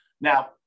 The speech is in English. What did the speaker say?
Now